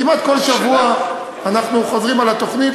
כמעט כל שבוע אנחנו חוזרים על התוכנית.